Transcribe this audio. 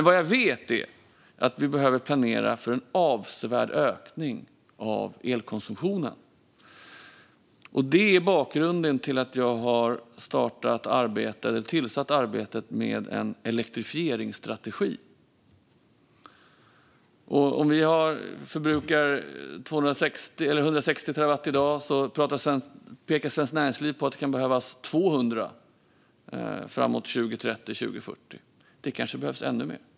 Vad jag vet är att vi behöver planera för en avsevärd ökning av elkonsumtionen. Det är bakgrunden till att jag har tillsatt arbetet med en elektrifieringsstrategi. Om vi förbrukar 160 terawatt i dag pekar Svenskt Näringsliv på att det kan behövas 200 terawatt framåt 2030 eller 2040. Det kanske behövs ännu mer.